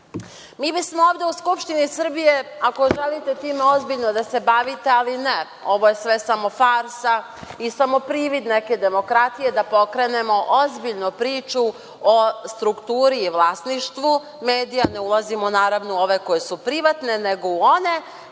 bismo ovde u Skupštini Srbije, ako želite time ozbiljno da se bavite, ali ne, ovo je sve samo farsa i samo privid neke demokratije, da pokrenemo ozbiljnu priču o strukturi i vlasništvu medija, ne ulazim, naravno, u ove koji su privatni, nego u one